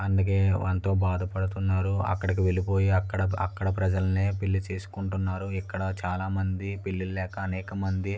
అందుకే ఎంతో బాధ పడుతున్నారు అక్కడకి వెళ్ళిపోయి అక్కడ ఆక్కడ ప్రజలనే పెళ్ళి చేసుకుంటున్నారు ఇక్కడ చాలా మందికి పెళ్ళిళ్ళు లేక అనేక మంది